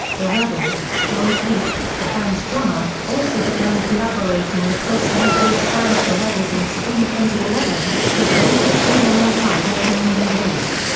the rebels john keefe, the band's drummer, also began collaborating with boston-based band the rebels in spring eleven, who have also played alongside early morning blues.